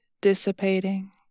dissipating